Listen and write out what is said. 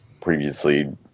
previously